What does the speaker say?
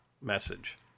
message